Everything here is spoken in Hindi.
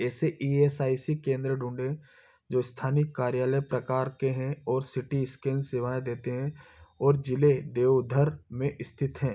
ऐसे ई एस आई सी केंद्र ढूँढ़ें जो स्थानीय कार्यालय प्रकार के हैं और सी टी स्कैन सेवाएँ देते हैं और ज़िले देवधर में स्थित हैं